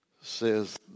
says